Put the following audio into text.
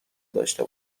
داشته